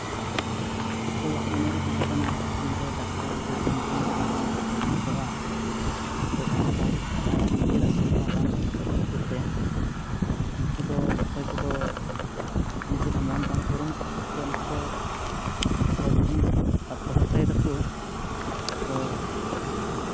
ᱚᱠᱚᱭᱟᱜ ᱢᱚᱱᱮ ᱨᱮ ᱛᱟᱦᱮᱸᱠᱟᱱᱟ ᱤᱧ ᱫᱚ ᱰᱟᱠᱛᱟᱨ ᱥᱮ ᱤᱧᱡᱤᱱᱤᱭᱟᱨᱤᱧ ᱵᱮᱱᱟᱣ ᱠᱚᱜᱼᱟ ᱛᱚ ᱚᱱᱟ ᱵᱟᱝ ᱟᱭᱟᱜ ᱱᱤᱡᱮᱨᱟᱜ ᱥᱚᱯᱱᱚ ᱵᱟᱝ ᱦᱩᱭ ᱠᱷᱟᱹᱛᱤᱨ ᱛᱮ ᱩᱱᱠᱩ ᱫᱚ ᱚᱠᱚᱭ ᱠᱚᱫᱚ ᱱᱤᱡᱮᱨᱟᱜ ᱢᱚᱱ ᱵᱟᱝ ᱯᱩᱨᱩᱱᱚᱜ ᱠᱷᱟᱹᱛᱤᱨ ᱛᱮ ᱩᱱᱠᱩ ᱫᱚ ᱚᱠᱚᱭ ᱠᱚᱪᱚᱝ ᱫᱚᱠᱚ ᱟᱛᱛᱚᱦᱚᱛᱛᱟᱭ ᱫᱟᱠᱚ ᱛᱚ